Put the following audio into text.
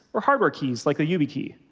or hardware keys like a yubikey.